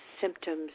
symptoms